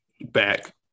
Back